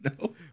no